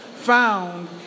Found